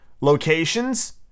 locations